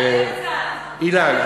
אילן.